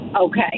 okay